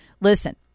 Listen